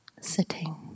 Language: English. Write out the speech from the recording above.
sitting